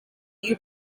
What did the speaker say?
you